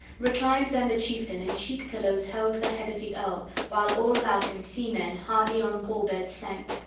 reclined then the chieftain, and cheek-pillows held the head of the earl, while all about him seamen hardy on hall-beds sank.